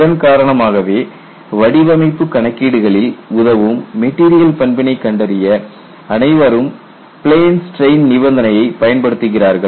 இதன் காரணமாகவே வடிவமைப்பு கணக்கீடுகளில் உதவும் மெட்டீரியல் பண்பினை கண்டறிய அனைவரும் பிளேன் ஸ்ட்ரெயின் நிபந்தனையை பயன்படுத்துகிறார்கள்